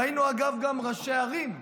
ראינו, אגב, גם ראשי ערים,